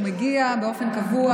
הוא מגיע באופן קבוע.